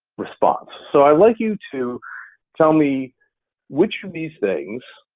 response, so i'd like you to tell me which of these things